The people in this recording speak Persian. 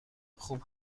خوب